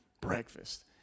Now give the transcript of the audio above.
breakfast